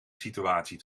situatie